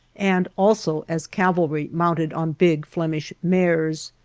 and also as cavalry mounted on big flemish mares.